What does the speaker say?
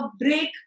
break